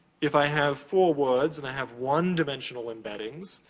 if i have four words, and i have one-dimensional embeddings,